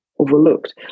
Overlooked